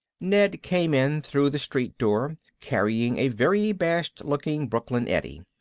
ned came in through the street door carrying a very bashed-looking brooklyn eddie.